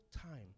time